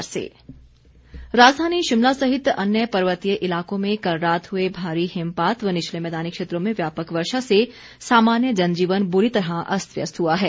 मौसम राजधानी शिमला सहित अन्य पर्वतीय इलाकों में कल रात हुए भारी हिमपात व निचले मैदानी क्षेत्रों में व्यापक वर्षा से सामान्य जनजीवन बुरी तरह अस्त व्यस्त हुआ है